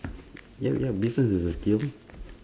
yup yup business is a skill